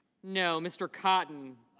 know. mr. cotton